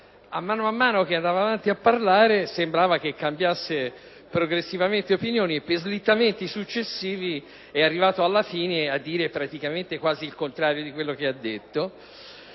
A mano a mano che andava avanti a parlare, sembrava pero che cambiasse progressivamente opinione e, per slittamenti successivi, earrivato alla fine a dire quasi il contrario di quello che ha detto